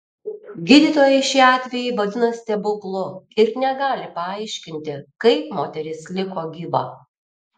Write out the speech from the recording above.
gydytojai šį atvejį vadina stebuklu ir negali paaiškinti kaip moteris liko gyva